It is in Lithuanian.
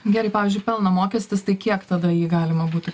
gerai pavyzdžiui pelno mokestis tai kiek tada jį galima būtų